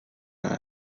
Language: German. einen